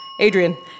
Adrian